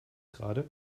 gerade